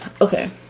okay